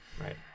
Right